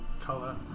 color